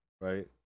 right